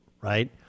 right